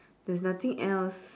there's nothing else